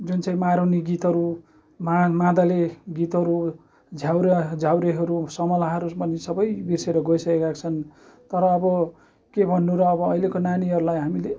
जुन चाहिँ मारुनी गीतहरू मा मादले गीतहरू झ्याउरे झ्याउरेहरू समलाहरू सबै बिर्सिएर गइसकेका छन् तर अब के भन्नु र अब अहिलेको नानीहरूलाई हामीले